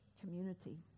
community